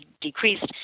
decreased